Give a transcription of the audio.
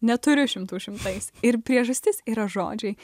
neturiu šimtų šimtais ir priežastis yra žodžiai